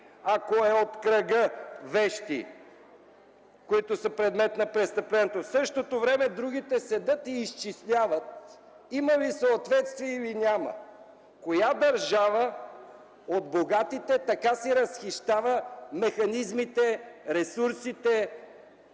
ако е от кръга вещи, които са предмет на престъплението. В същото време другите седят и изчисляват има ли съответствие или няма! Коя от богатите държави така си разхищава механизмите, ресурсите?